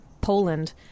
Poland